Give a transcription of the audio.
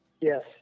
yes